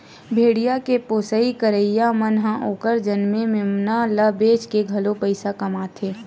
भेड़िया के पोसई करइया मन ह ओखर जनमे मेमना ल बेचके घलो पइसा कमाथे